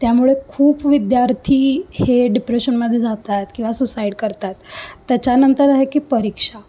त्यामुळे खूप विद्यार्थी हे डिप्रेशनमध्ये जातात किंवा सुसाईड करतात त्याच्यानंतर आहे की परीक्षा